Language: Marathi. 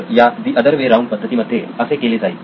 तर या "द अदर वे राऊंड" पद्धतीमध्ये असे केले जाईल